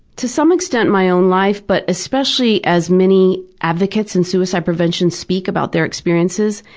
to some extent my own life but especially as many advocates in suicide prevention speak about their experiences,